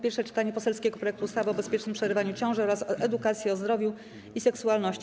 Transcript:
Pierwsze czytanie poselskiego projektu ustawy o bezpiecznym przerywaniu ciąży oraz o edukacji o zdrowiu i seksualności.